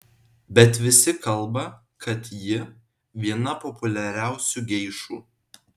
bet visi kalba kad ji viena populiariausių geišų